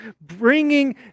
bringing